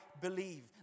believe